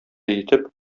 итеп